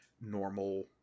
normal